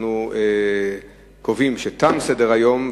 אנחנו קובעים שתם סדר-היום.